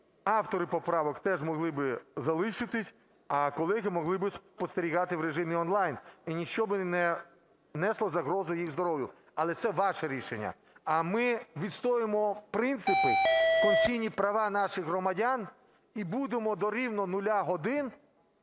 Автори поправок теж могли би залишитися, а колеги могли би спостерігати в режимі онлайн. І ніщо би не несло загрози їх здоров'ю, але це ваше рішення. А ми відстоюємо принципи, конституційні права наших громадян, і будемо до рівно нуля годин,